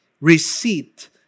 Receipt